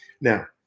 now